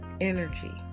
energy